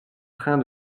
train